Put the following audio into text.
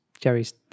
Jerry's